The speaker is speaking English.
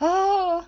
oh